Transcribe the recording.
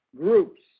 groups